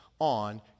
on